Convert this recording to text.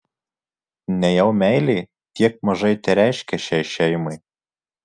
nejau meilė tiek mažai tereiškia šiai šeimai